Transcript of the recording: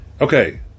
Okay